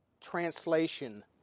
translation